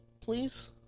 Please